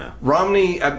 Romney